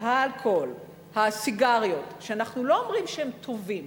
האלכוהול, הסיגריות, שאנחנו לא אומרים שהם טובים: